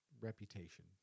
reputation